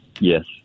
Yes